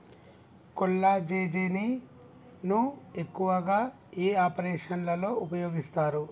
కొల్లాజెజేని ను ఎక్కువగా ఏ ఆపరేషన్లలో ఉపయోగిస్తారు?